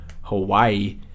Hawaii